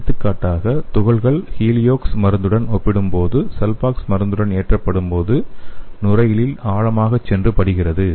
எடுத்துக்காட்டாக துகள்கள் ஹீலியோக்ஸ் மருந்துடன் ஒப்பிடும்போது சல்பாக்ஸ் மருந்துடன் ஏற்றப்படும்போது நுரையீரலில் ஆழமாக சென்று படிகிறது